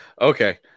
Okay